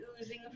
oozing